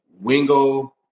Wingo